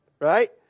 right